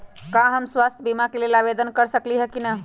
का हम स्वास्थ्य बीमा के लेल आवेदन कर सकली ह की न?